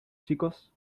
chicos